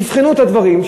יבחנו את הדברים,